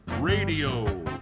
Radio